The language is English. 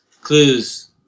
clues